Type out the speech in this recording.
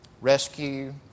Rescue